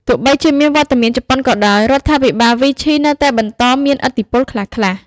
ទោះបីជាមានវត្តមានជប៉ុនក៏ដោយ រដ្ឋបាលវីឈីនៅតែបន្តមានឥទ្ធិពលខ្លះៗ។